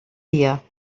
dia